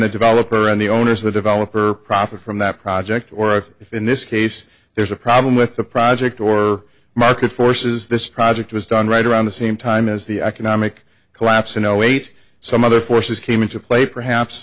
the developer and the owners of the developer profit from that project or if in this case there's a problem with the project or market forces this project was done right around the same time as the economic collapse in zero eight some other forces came into play perhaps